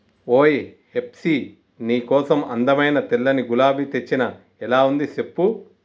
ఓయ్ హెప్సీ నీ కోసం అందమైన తెల్లని గులాబీ తెచ్చిన ఎలా ఉంది సెప్పు